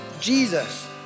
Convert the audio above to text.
Jesus